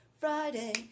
Friday